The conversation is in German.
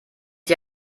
dir